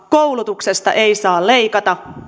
koulutuksesta ei saa leikata